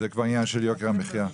זה כבר עניין של יוקר המחיה.